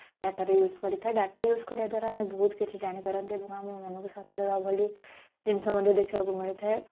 ଡାଟାରେ use କରିଥାଏ data use କରିବା ଦ୍ୱାରା ଆମେ ବହୁତ କିଛି ଜାଣିପାରନ୍ତି ଏବଂ ଆମମାନଙ୍କୁ ଶାନ୍ତ ଦେବା ଭଳି ଜିନିଷ ମଧ୍ୟ ଦେଖିବାକୁ ମିଳିଥାଏ